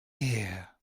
here